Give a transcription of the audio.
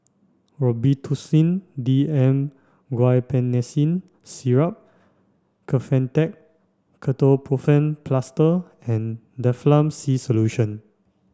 Robitussin D M Guaiphenesin Syrup Kefentech Ketoprofen Plaster and Difflam C Solution